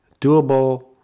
doable